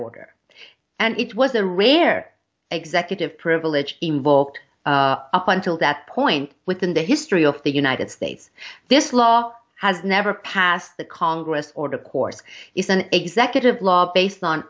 order and it was a rare executive privilege involved up until that point within the history of the united states this law has never passed the congress or of course it's an executive law based on